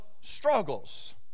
struggles